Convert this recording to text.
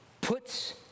puts